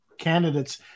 candidates